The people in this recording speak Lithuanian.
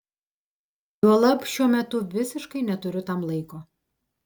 juolab šiuo metu visiškai neturiu tam laiko